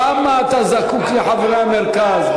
כמה אתה זקוק לחברי המרכז.